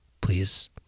please